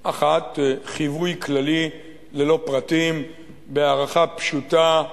אחד, חיווי כללי ללא פרטים, בהערכה פשוטה,